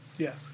Yes